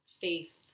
faith